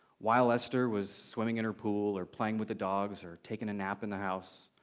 while esther was swimming in her pool or playing with the dogs or taking a nap in the house,